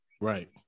Right